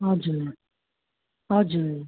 हजुर हजुर